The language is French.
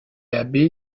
abbé